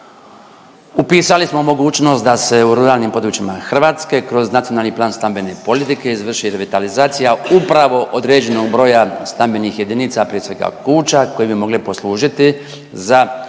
upisali smo mogućnost da se u ruralnim područjima Hrvatske kroz Nacionalni plan stambene politike izvrši revitalizacija upravo određenog broja stambenih jedinica, prije svega kuća koje bi mogle poslužiti za